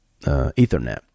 ethernet